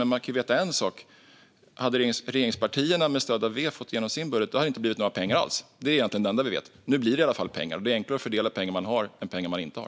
Men man ska veta en sak: Om regeringspartierna med stöd av V hade fått igenom sin budget skulle det inte ha blivit några pengar alls. Det är egentligen det enda vi vet. Nu blir det i alla fall pengar, och det är enklare att fördela pengar man har än pengar man inte har.